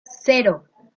cero